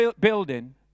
building